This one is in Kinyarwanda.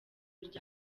rya